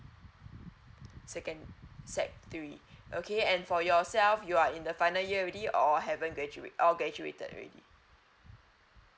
second sec three okay and for yourself you are in the final year already or haven't graduate or graduated already